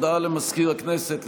הודעה למזכיר הכנסת,